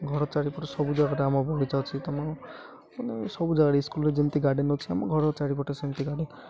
ଘର ଚାରିପଟେ ସବୁ ଜାଗାଟା ଆମ ବଗିଚା ଅଛି ତମ ସବୁ ଜାଗାରେ ସ୍କୁଲ୍ରେ ଯେମତି ଗାର୍ଡ଼େନ୍ ଅଛି ଆମ ଘର ଚାରିପଟେ ସେମିତି ଗାର୍ଡ଼େନ୍